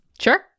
Sure